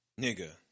Nigga